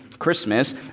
Christmas